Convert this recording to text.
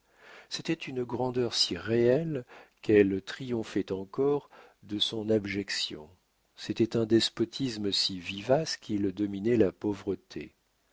c'était une grandeur si réelle qu'elle triomphait encore de son abjection c'était un despotisme si vivace qu'il dominait la pauvreté